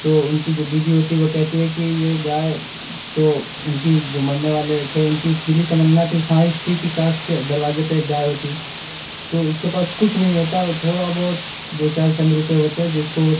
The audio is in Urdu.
تو ان کی جو بیوی ہوتی ہے وہ کہتی ہے کہ یہ گائے تو ان کی جو مرنے والے تھے ان کی دلی تمنا تھی خواہش تھی کہ کاش کہ دروازے پہ ایک گائے ہوتی تو اس کے پاس کچھ نہیں ہوتا تھوڑا بہت دو چار چند روپئے ہوتے جس کو